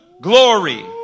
glory